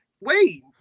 wait